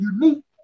unique